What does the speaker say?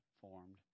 formed